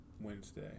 Wednesday